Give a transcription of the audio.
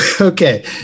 okay